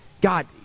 God